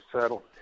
settle